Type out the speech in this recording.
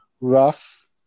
rough